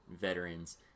veterans